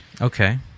okay